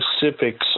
specifics